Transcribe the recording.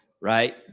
right